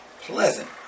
pleasant